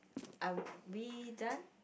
are we done